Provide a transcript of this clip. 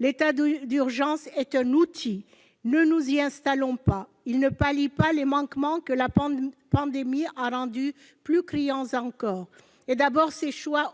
L'état d'urgence est un outil, ne nous y installons pas. Il ne pallie pas les manquements que la pandémie a rendus plus criants encore, à commencer par ces choix